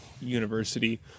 University